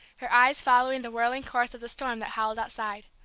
her eyes following the whirling course of the storm that howled outside.